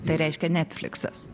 tai reiškia netfliksas